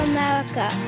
America